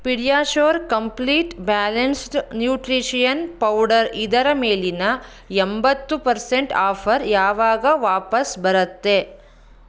PediaSure complete balanced nutrition powder ಇದರ ಮೇಲಿನ ಎಂಬತ್ತು ಪರ್ಸೆಂಟ್ ಆಫರ್ ಯಾವಾಗ ವಾಪಸ್ ಬರುತ್ತೆ